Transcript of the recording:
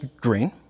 green